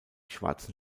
schwarzen